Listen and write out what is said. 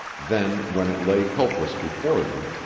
then, when it lay helpless before them,